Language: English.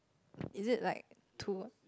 is it like two